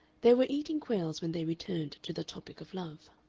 they were eating quails when they returned to the topic of love.